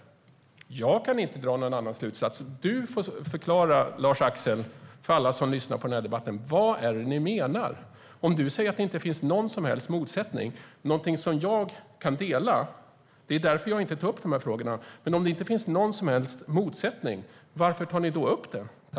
Jag kan inte dra någon annan slutsats. Du, Lars-Axel, får förklara för alla som lyssnar på den här debatten: Vad är det ni menar? Om det är som du säger, att det inte finns någon som helst motsättning - den uppfattningen kan jag dela, och det är därför jag inte tar upp de här frågorna - varför tar ni då upp detta?